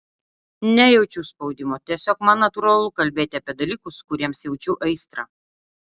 nejaučiu spaudimo tiesiog man natūralu kalbėti apie dalykus kuriems jaučiu aistrą